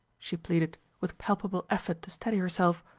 she pleaded, with palpable effort to steady herself